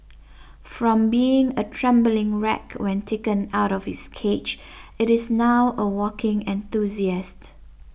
from being a trembling wreck when taken out of its cage it is now a walking enthusiast